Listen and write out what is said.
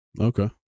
Okay